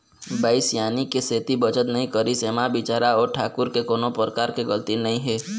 बाई सियानी के सेती बचत नइ करिस ऐमा बिचारा ओ ठाकूर के कोनो परकार के गलती नइ हे